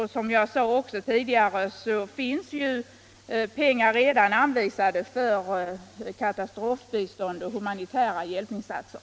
Som jag också sade tidigare finns pengar redan anvisade för katastrofbistånd och humanitära hjälpinsatser.